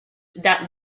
that